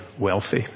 wealthy